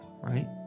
right